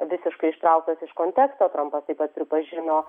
visiškai ištrauktas iš konteksto trampas taip pat pripažino